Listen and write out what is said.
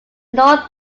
north